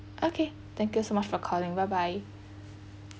okay thank you so much for calling bye bye